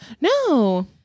No